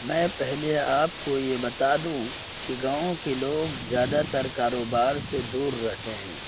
میں پہلے آپ کو یہ بتا دوں کہ گاؤں کے لوگ زیادہ تر کاروبار سے دور رہتے ہیں